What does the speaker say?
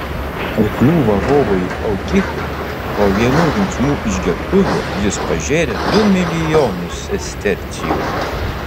arklių varovui eutichui po vienų linksmų išgertuvių jis pažėrė du milijonus sestercijų